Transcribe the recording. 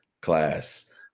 class